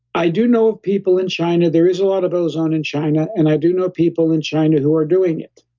i do know people in china, there is a lot of ozone in china, and i do know people in china who are doing it,